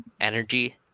energy